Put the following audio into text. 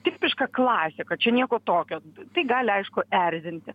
tipiška klasika čia nieko tokio tai gali aišku erzinti